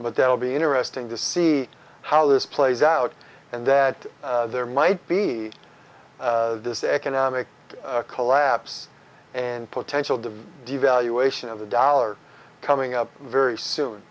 but they'll be interesting to see how this plays out and that there might be this economic collapse and potential the devaluation of the dollar coming up very soon